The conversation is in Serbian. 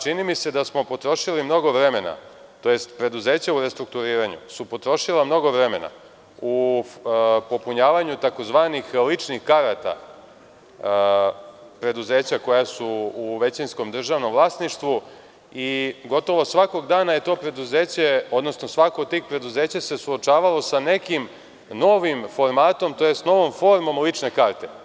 Čini mi se da smo potrošili mnogo vremena tj. preduzeća u restrukturiranju su potrošila mnogo vremena u popunjavanju tzv. ličnih karata preduzeća koja su u većinskom državnom vlasništvu i gotovo svakoga dana je to preduzeće, odnosno svako od tih preduzeća se suočavala sa nekim novim formatom tj. novom formom lične karte.